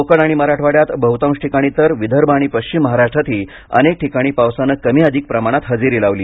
कोकण आणि मराठवाड्यात बहुतांश ठिकाणी तर विदर्भ आणि पश्चिम महाराष्ट्रातही अनेक ठिकाणी पावसानं कमी अधिक प्रमाणात हजेरी लावली